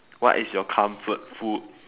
what is your comfort food